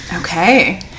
Okay